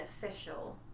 beneficial